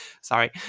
sorry